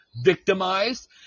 victimized